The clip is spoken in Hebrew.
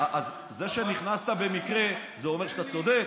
אז זה שנכנסת במקרה, זה אומר שאתה צודק?